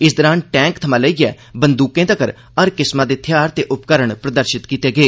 इस दौरान टैंक थमां लेइयै बंदूके तक्कर हर किस्मै दे थेहार ते उपकरण प्रदर्शित कीते गे